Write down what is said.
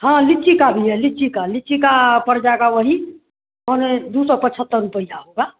हँ लीची का भी है लीची का लीची का पड़ जाएगा वही पौने दो सौ पचहत्तर रुपया होगा